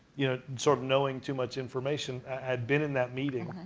you know, sort of knowing too much information had been in that meeting,